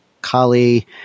Kali